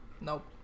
Nope